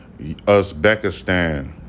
Uzbekistan